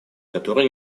которые